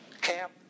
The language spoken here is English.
camp